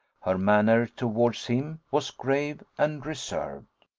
her manner towards him was grave and reserved.